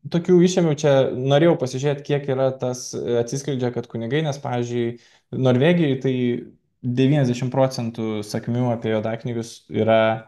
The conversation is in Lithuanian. tokių išėmiau čia norėjau pasižiūrėti kiek yra tas atsiskleidžia kad kunigai nes pavyzdžiui norvegijoj tai devyniasdešimt procentų sakmių apie juodaknigius yra